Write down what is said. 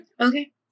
Okay